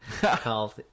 called